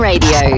Radio